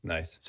Nice